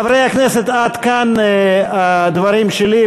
חברי הכנסת, עד כאן הדברים שלי.